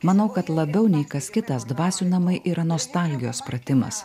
manau kad labiau nei kas kitas dvasių namai yra nostalgijos pratimas